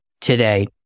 today